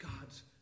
God's